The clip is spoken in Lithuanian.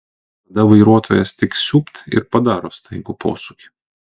tada vairuotojas tik siūbt ir padaro staigų posūkį